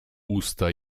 usta